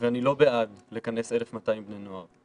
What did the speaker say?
ואני לא בעד לכנס 1,200 בני נוער,